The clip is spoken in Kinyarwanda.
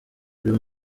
buri